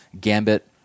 Gambit